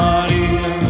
Maria